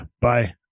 bye